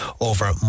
over